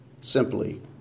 simply